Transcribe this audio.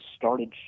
started